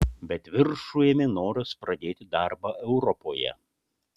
bet viršų ėmė noras pradėti darbą europoje